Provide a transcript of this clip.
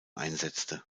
einsetzte